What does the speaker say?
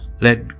Let